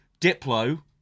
Diplo